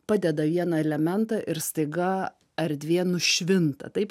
padeda vieną elementą ir staiga erdvė nušvinta taip